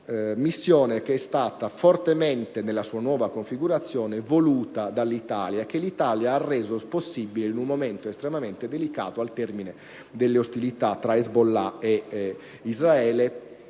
una missione fortemente voluta nella sua nuova configurazione dall'Italia e che l'Italia ha reso possibile in un momento estremamente delicato, al termine delle ostilità tra *hezbollah* ed Israele,